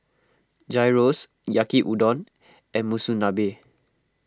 Gyros Yaki Udon and Monsunabe